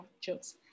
jokes